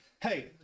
hey